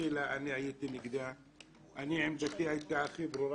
התחילה אני הייתי נגדה, עמדתי היתה הכי ברורה